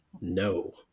No